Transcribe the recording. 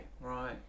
Right